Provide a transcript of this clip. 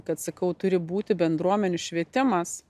kad sakau turi būti bendruomenių švietimas